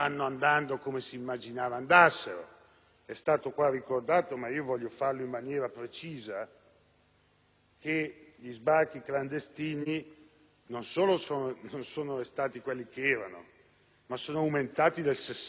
che gli sbarchi clandestini non solo non sono restati quelli che erano, ma sono aumentati del 60 per cento